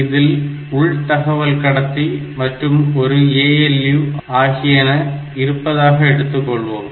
இதில் உள் தகவல் கடத்தி மற்றும் ஒரு ALU ஆகியன இருப்பதாக எடுத்துக்கொள்வோம்